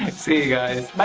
see you guys!